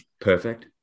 Perfect